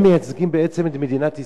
הם מייצגים בעצם את מדינת ישראל,